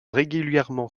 régulièrement